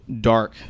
dark